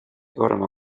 coronó